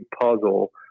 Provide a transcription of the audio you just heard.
puzzle